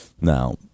Now